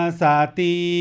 sati